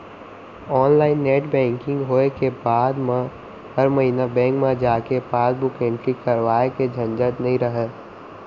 online net banking होय के बाद म हर महिना बेंक म जाके पासबुक एंटरी करवाए के झंझट नइ रहय